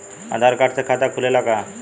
आधार card से खाता खुले ला का?